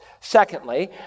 Secondly